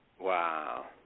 Wow